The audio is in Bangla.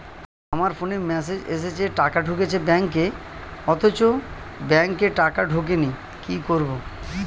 আমার ফোনে মেসেজ এসেছে টাকা ঢুকেছে ব্যাঙ্কে অথচ ব্যাংকে টাকা ঢোকেনি কি করবো?